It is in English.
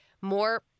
More